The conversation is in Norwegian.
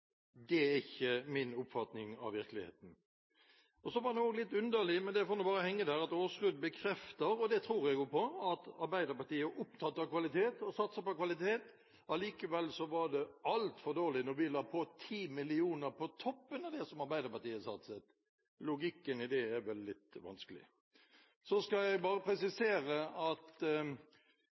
Det er ikke min oppfatning av virkeligheten. Det var også litt underlig, men det får bare henge der, at Aasrud bekrefter – og det tror jeg henne på – at Arbeiderpartiet er opptatt av kvalitet og satser på kvalitet. Likevel var det angivelig altfor dårlig av oss da vi la 10 mill. kr på toppen av det som Arbeiderpartiet ville gi. Logikken i dette er det litt vanskelig å forstå. Mandt sa i sitt første innlegg at